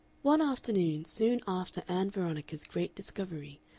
one afternoon, soon after ann veronica's great discovery,